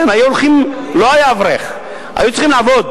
כן, היו הולכים, לא היה אברך, היו צריכים לעבוד.